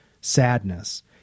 sadness